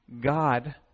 God